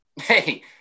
Hey